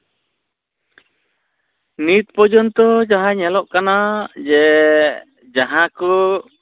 ᱱᱤᱛ ᱯᱚᱨᱡᱚᱱᱛᱚ ᱡᱟᱦᱟᱸ ᱧᱮᱞᱚᱜ ᱠᱟᱱᱟ ᱡᱮ ᱡᱟᱦᱟᱸ ᱠᱚ